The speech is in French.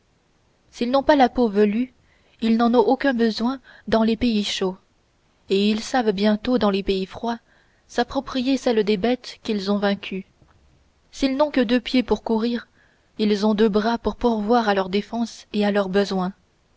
s'ils n'ont pas la peau velue ils n'en ont aucun besoin dans les pays chauds et ils savent bientôt dans les pays froids s'approprier celles des bêtes qu'ils ont vaincues s'ils n'ont que deux pieds pour courir ils ont deux bras pour pourvoir à leur défense et à leurs besoins